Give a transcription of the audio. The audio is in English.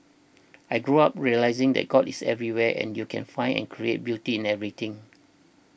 I grew up realising that God is everywhere and you can find and create beauty in everything